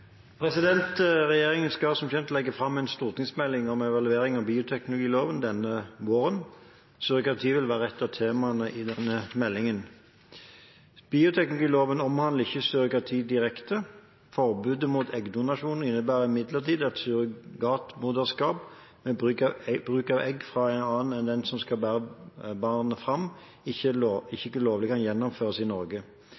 Regjeringen skal som kjent legge fram en stortingsmelding om evaluering av bioteknologiloven denne våren. Surrogati vil være ett av temaene i denne meldingen. Bioteknologiloven omhandler ikke surrogati direkte. Forbudet mot eggdonasjon innebærer imidlertid at surrogatmoderskap med bruk av egg fra en annen enn den som skal bære barnet fram, ikke